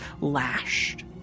lashed